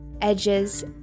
edges